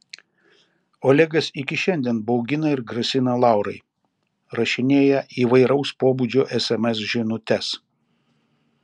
olegas iki šiandien baugina ir grasina laurai rašinėja įvairaus pobūdžio sms žinutes